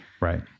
right